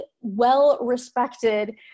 well-respected